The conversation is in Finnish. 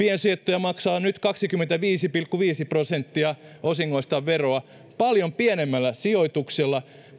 piensijoittaja maksaa nyt kaksikymmentäviisi pilkku viisi prosenttia osingoistaan veroa paljon pienemmällä sijoituksella